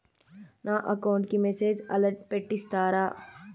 నా అకౌంట్ కి message alert పెట్టిస్తారా